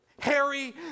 Harry